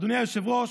אדוני היושב-ראש,